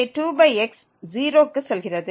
0 க்கு செல்கிறது